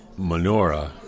menorah